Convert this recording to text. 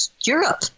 Europe